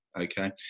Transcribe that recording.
okay